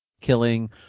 killing